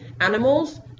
Animals